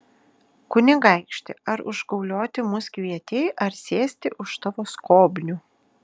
kunigaikšti ar užgaulioti mus kvietei ar sėsti už tavo skobnių